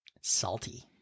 salty